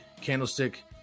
Candlestick